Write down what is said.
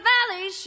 Valley